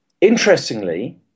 Interestingly